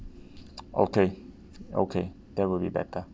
okay okay that will be better